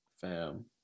Fam